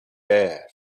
bear